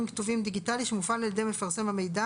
כתובים דיגיטלי שמופעל על ידי מפרסם המידע,